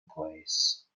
place